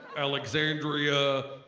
alexandria